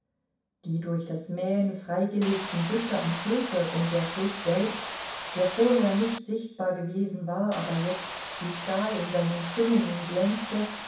die durch das mähen freigelegten büsche am flusse und der fluß selbst der vorher nicht sichtbar gewesen war aber jetzt wie stahl in seinen krümmungen glänzte